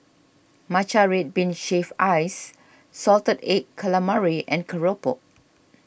Matcha Red Bean Shaved Ice Salted Egg Calamari and Keropok